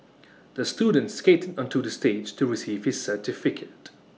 the student skated onto the stage to receive his certificate